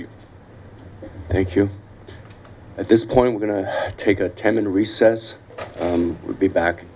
you thank you at this point we're going to take a ten minute he says would be back